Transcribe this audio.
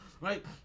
right